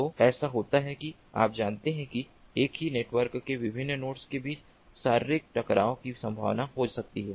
तो ऐसा होता है कि आप जानते हैं कि एक ही नेटवर्क के विभिन्न नोड्स के बीच शारीरिक टकराव की संभावना हो सकती है